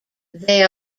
they